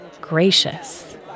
gracious